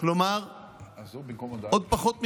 כלומר בעוד פחות מחודשיים.